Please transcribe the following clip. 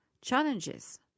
challenges